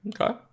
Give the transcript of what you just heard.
Okay